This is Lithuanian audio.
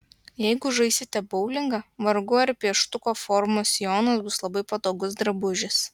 jeigu žaisite boulingą vargu ar pieštuko formos sijonas bus labai patogus drabužis